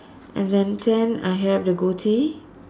and then ten I have the goatee